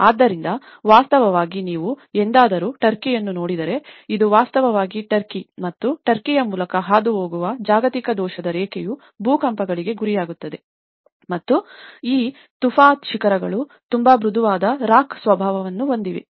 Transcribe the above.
ಆದ್ದರಿಂದ ವಾಸ್ತವವಾಗಿ ನೀವು ಎಂದಾದರೂ ಟರ್ಕಿಯನ್ನು ನೋಡಿದರೆ ಇದು ವಾಸ್ತವವಾಗಿ ಟರ್ಕಿ ಮತ್ತು ಟರ್ಕಿಯ ಮೂಲಕ ಹಾದುಹೋಗುವ ಜಾಗತಿಕ ದೋಷದ ರೇಖೆಯು ಭೂಕಂಪಗಳಿಗೆ ಗುರಿಯಾಗುತ್ತದೆ ಮತ್ತು ಈ ತುಫಾ ಶಿಖರಗಳು ತುಂಬಾ ಮೃದುವಾದ ರಾಕ್ ಸ್ವಭಾವನ್ನು ಹೊಂದಿವೆ